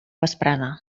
vesprada